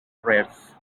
prayers